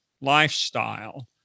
lifestyle